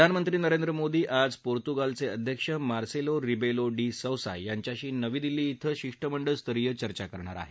प्रधानमंत्री नरेंद्र मोदी आज पोर्तुगालचे अध्यक्ष मासेलो रिबेलो डी सौसा यांच्याशी नवी दिल्ली क्वे शिष्टमंडळ स्तरीय चर्चा करणार आहेत